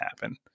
happen